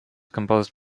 composed